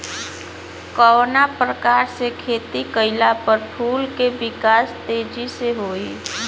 कवना प्रकार से खेती कइला पर फूल के विकास तेजी से होयी?